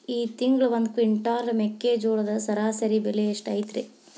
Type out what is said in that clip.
ಈ ತಿಂಗಳ ಒಂದು ಕ್ವಿಂಟಾಲ್ ಮೆಕ್ಕೆಜೋಳದ ಸರಾಸರಿ ಬೆಲೆ ಎಷ್ಟು ಐತರೇ?